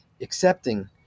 accepting